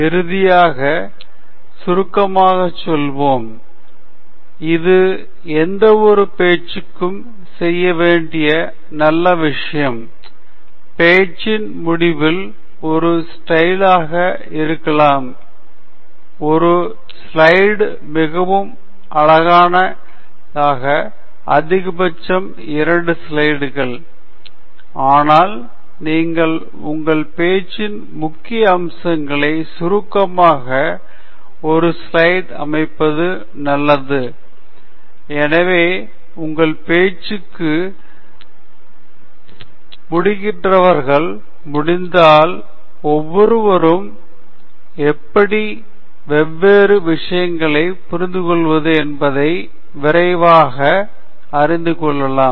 இறுதியாக சுருக்கமாகச் சொல்வோம் இது எந்தவொரு பேச்சுக்கும் செய்ய வேண்டிய நல்ல விஷயம் பேச்சின் முடிவில் ஒரு ஸ்லைடாக இருக்கலாம் ஒரு ஸ்லைடு மிகவும் அழகானது அதிகபட்சம் இரண்டு ஸ்லைடுகள் ஆனால் நீங்கள் உங்கள் பேச்சின் முக்கிய அம்சங்களைச் சுருக்கமாக ஒரு ஸ்லைடில் அமைப்பது நல்லது எனவே உங்கள் பேச்சுக்கு முடிக்கிறவர்கள் முடிந்தால் ஒவ்வொருவரும் எப்படி வெவ்வேறு விஷயங்களைப் புரிந்துகொள்வது என்பதை விரைவாக அறிந்து கொள்ளலாம்